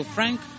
Frank